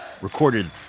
recorded